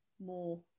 more